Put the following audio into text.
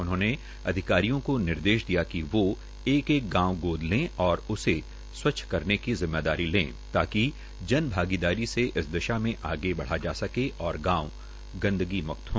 उन्होंने अधिकारियों को निर्देश दिये कि वो एक एक गांव गोद ले और उसे सवच्छ करने की जिम्मेदारी ले ताकि जन भागीदारी से इस दिशा में आगे बढ़ा जा सके और गांव गंदगी मुक्त हो